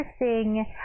interesting